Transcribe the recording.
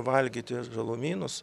valgyti žalumynus